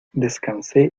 descansé